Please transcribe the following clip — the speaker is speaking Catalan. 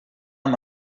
amb